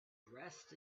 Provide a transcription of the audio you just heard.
dressed